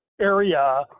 area